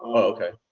okay.